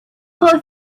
faut